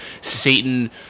Satan